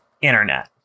internet